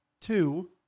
Two